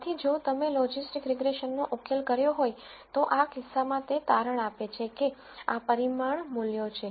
તેથી જો તમે લોજિસ્ટિક્સ રીગ્રેસન નો ઉકેલ કર્યો હોય તો આ કિસ્સામાં તે તારણ આપે છે કે આ પરિમાણ મૂલ્યો છે